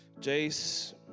Jace